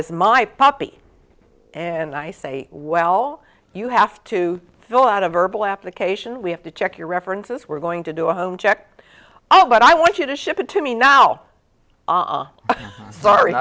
is my puppy and i say well you have to fill out a verbal application we have to check your references we're going to do a home check oh but i want you to ship it to me now sorry